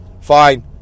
fine